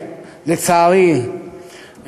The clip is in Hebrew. לצערי,